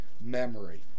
memory